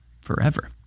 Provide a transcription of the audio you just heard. forever